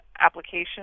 application